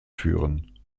führen